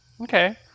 Okay